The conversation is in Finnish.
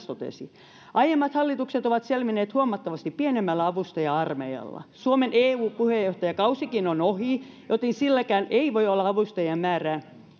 totesi aiemmat hallitukset ovat selvinneet huomattavasti pienemmällä avustaja armeijalla suomen eu puheenjohtajakausikin on ohi joten silläkään ei voi perustella avustajien määrää